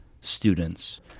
students